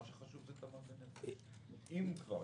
מה שחשוב זה תמ"ג לנפש, אם כבר.